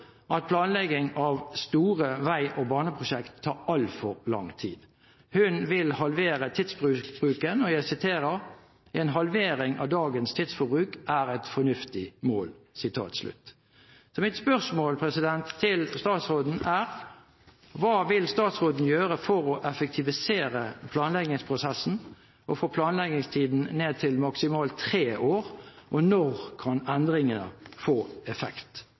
at planlegging av store vei- og baneprosjekter tar altfor lang tid. Hun vil halvere tidsbruken og sier: «En halvering av dagens tidsforbruk er et fornuftig mål.» Mitt spørsmål til statsråden er: Hva vil statsråden gjøre for å effektivisere planleggingsprosessen og få planleggingstiden ned til maksimalt tre år, og når kan endringer få effekt?